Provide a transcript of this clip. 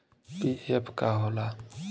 PF का होला?